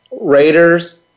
Raiders